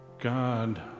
God